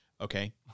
okay